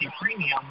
premium